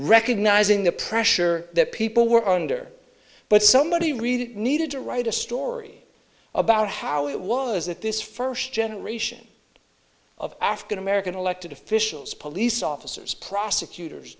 recognizing the pressure that people were under but somebody really needed to write a story about how it was that this first generation of african american elected officials police officers prosecutors